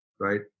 right